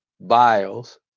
Biles